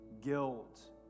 guilt